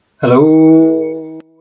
Hello